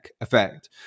effect